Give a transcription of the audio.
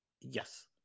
Yes